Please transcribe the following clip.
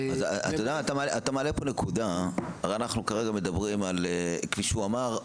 כפי שהוא אמר,